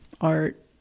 art